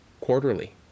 quarterly